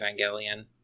Evangelion